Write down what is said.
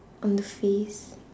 on the face